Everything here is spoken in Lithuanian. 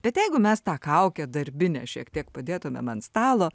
bet jeigu mes tą kaukę darbinę šiek tiek padėtumėm ant stalo